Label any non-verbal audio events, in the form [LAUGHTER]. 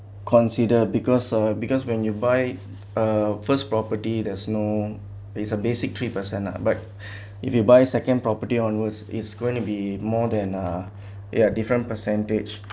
consider because uh because when you buy uh first property that's no there's a basic three percent lah but [BREATH] if you buy second property onwards is going to be more than uh ya different percentage